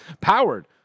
powered